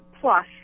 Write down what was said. plus